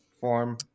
form